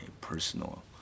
personal